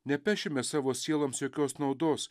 nepešime savo sieloms jokios naudos